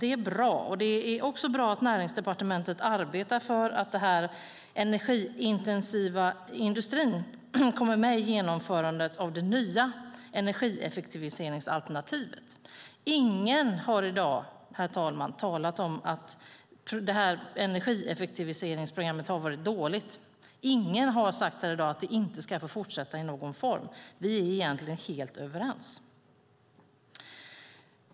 Det är bra, och det är också bra att Näringsdepartementet arbetar för att den energiintensiva industrin kommer med i genomförandet av det nya energieffektiviseringsalternativet. Ingen har i dag, herr talman, talat om att energieffektiviseringsprogrammet har varit dåligt. Ingen har sagt att det inte ska få fortsätta i någon form. Vi är egentligen helt överens.